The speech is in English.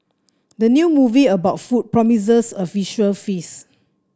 the new movie about food promises a visual feast